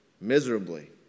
miserably